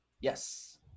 Yes